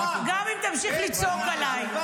אני אצביע בגאווה על חוק שמממן.